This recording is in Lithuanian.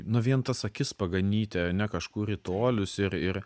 nuo vien tas akis paganyti ane kažkur į tolius ir ir